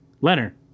Leonard